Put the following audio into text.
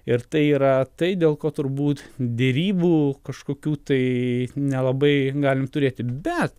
ir tai yra tai dėl ko turbūt derybų kažkokių tai nelabai galim turėti bet